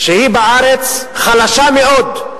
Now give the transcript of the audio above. שהיא חלשה מאוד בארץ.